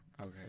Okay